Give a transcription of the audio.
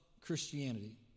Christianity